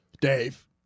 Dave